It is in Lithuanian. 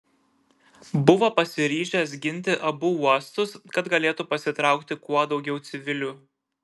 buvo pasiryžęs ginti abu uostus kad galėtų pasitraukti kuo daugiau civilių